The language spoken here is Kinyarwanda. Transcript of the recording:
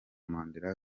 mandela